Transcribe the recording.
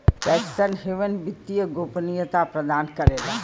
tax haven वित्तीय गोपनीयता प्रदान करला